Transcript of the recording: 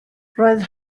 roedd